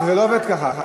זה לא עובד ככה.